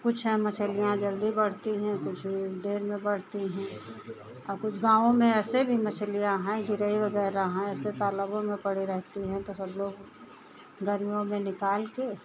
कुछ मछलियाँ जल्दी बढ़ती हैं कुछ देर में बढ़ती हैं कुछ गाँवों में ऐसे भी मछलियाँ हैं गरई वग़ैरह हैं ऐसे तालाबों में पड़े रहती हैं तो सब लोग गर्मियों में निकालकर